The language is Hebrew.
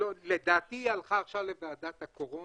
לדעתי היא הלכה לוועדת הקורונה.